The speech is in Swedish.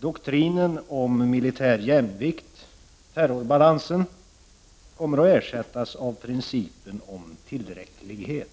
Doktrinen om militär jämvikt, terrorbalansen, kommer att ersättas av principen om tillräcklighet.